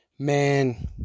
Man